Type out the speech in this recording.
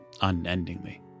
Unendingly